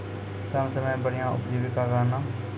कम समय मे बढ़िया उपजीविका कहना?